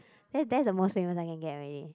that that's the most famous I can get already